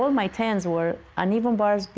my ten s were uneven bars,